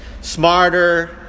smarter